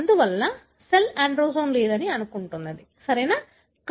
అందువల్ల cell androgen లేదని అనుకుంటుంది సరియైనది కదా